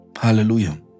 Hallelujah